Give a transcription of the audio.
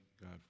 God